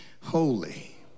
holy